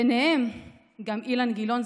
ובהם גם אילן גילאון,